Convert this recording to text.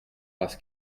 parce